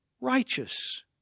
righteous